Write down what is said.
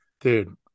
dude